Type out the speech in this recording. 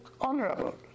honorable